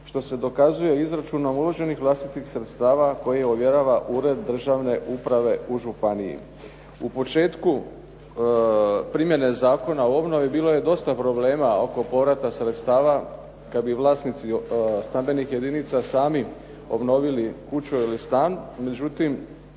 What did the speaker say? što se dokazuje izračunom uloženih vlastitih sredstava koje ovjerava Ured državne uprave u županiji. U početku primjene Zakona o obnovi bilo je dosta problema oko povrata sredstava kad bi vlasnici stambenih jedinica sami obnovili kuću ili stan.